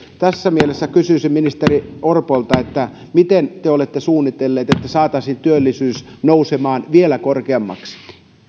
tässä mielessä kysyisin ministeri orpolta miten te olette suunnitelleet että saataisiin työllisyys nousemaan vielä korkeammaksi